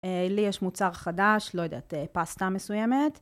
לי יש מוצר חדש, לא יודעת, פסטה מסוימת.